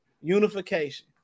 unification